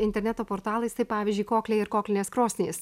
interneto portalais tai pavyzdžiui kokliai ir koklinės krosnys